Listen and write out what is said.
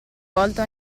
volta